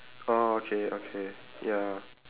oh okay okay ya